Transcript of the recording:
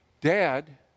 Dad